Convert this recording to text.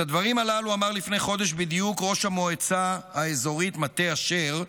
את הדברים הללו אמר לפני חודש בדיוק ראש המועצה האזורית מטה אשר,